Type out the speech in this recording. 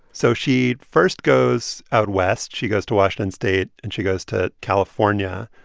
so she first goes out west. she goes to washington state, and she goes to california.